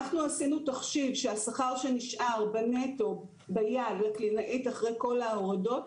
אנחנו עשינו תחשיב שהשכר שנשאר בנטו ביד לקלינאית אחרי כל ההורדות